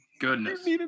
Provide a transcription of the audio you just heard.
goodness